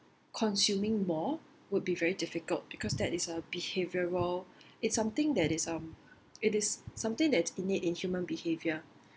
consuming more would be very difficult because that is a behavioral it's something that is uh it is something that is innate in human behaviour